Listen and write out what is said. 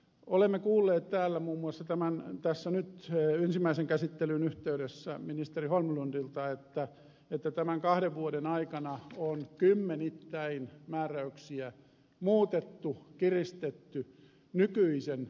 olemme kuulleet täällä muun muassa ensimmäisen käsittelyn yhteydessä ministeri holmlundilta että tämän kahden vuoden aikana on kymmenittäin määräyksiä muutettu kiristetty nykyisen aselainsäädännön pohjalta